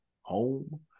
home